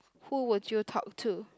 who would you talk to